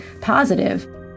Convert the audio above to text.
positive